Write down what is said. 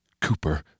Cooper